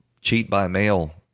cheat-by-mail